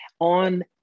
on